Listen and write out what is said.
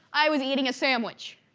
i was eating a sandwich,